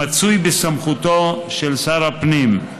המצוי בסמכותו של שר הפנים.